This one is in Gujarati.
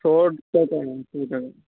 સો ટકા સો ટકા